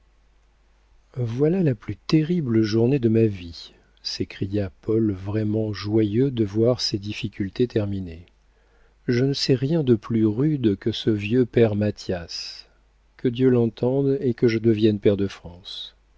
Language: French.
voilà la plus terrible journée de ma vie s'écria paul vraiment joyeux de voir ces difficultés terminées je ne sais rien de plus rude que ce vieux père mathias que dieu l'entende et que je devienne pair de france